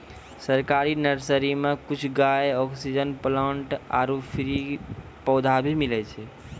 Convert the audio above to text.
सरकारी नर्सरी मॅ कुछ गाछ, ऑक्सीजन प्लांट आरो फ्री पौधा भी मिलै छै